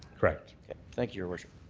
correct. thank you, your worship.